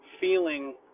feeling